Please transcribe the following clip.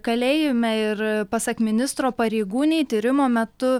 kalėjime ir pasak ministro pareigūnei tyrimo metu